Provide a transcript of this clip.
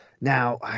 Now